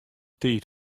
tiid